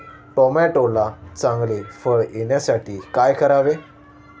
टोमॅटोला चांगले फळ येण्यासाठी काय करावे?